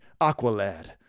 Aqualad